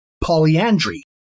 polyandry